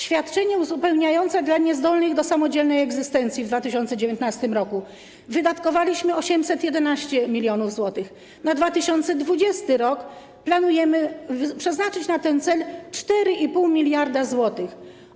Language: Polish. Świadczenie uzupełniające dla niezdolnych do samodzielnej egzystencji - w 2019 r. wydatkowaliśmy 811 mln zł, na 2020 r. planujemy przeznaczyć na ten cel 4,5 mld zł.